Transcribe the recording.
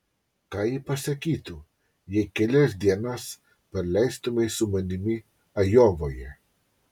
ką ji pasakytų jei kelias dienas praleistumei su manimi ajovoje